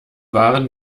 waren